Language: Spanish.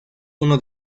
uno